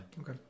Okay